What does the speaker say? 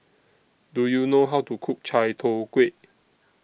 Do YOU know How to Cook Chai Tow Kway